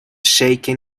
shaken